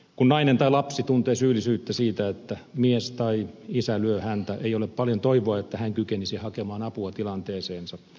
kun nainen tai lapsi tuntee syyllisyyttä siitä että mies tai isä lyö häntä ei ole paljon toivoa että hän kykenisi hakemaan apua tilanteeseensa